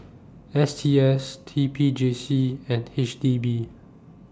S T S T P J C and H D B